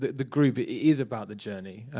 the the group it is about the journey.